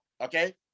Okay